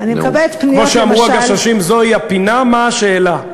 כמו שאמרו "הגששים": זוהי הפינה, מה השאלה?